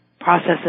processes